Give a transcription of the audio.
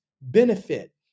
benefit